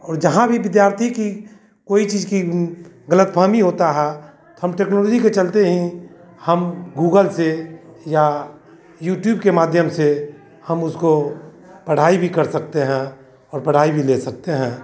और जहाँ भी विद्यार्थी की कोई चीज़ की गलतफ़हमी होता है तो हम टेक्नोलॉजी के चलते ही हम गूगल से या यूट्यूब के माध्यम से हम उसको पढ़ाई भी कर सकते हैं और पढ़ाई भी ले सकते हैं